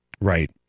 Right